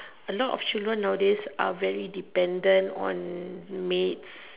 a lot of children nowadays are very dependent on maids